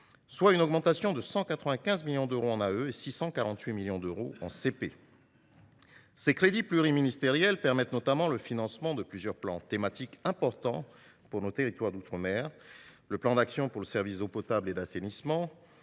d’engagement et de 648 millions d’euros en crédits de paiement. Ces crédits pluriministériels permettent, notamment, le financement de plusieurs plans thématiques importants pour nos territoires d’outre mer : le plan d’actions pour les services d’eau potable et d’assainissement,